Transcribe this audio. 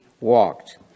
walked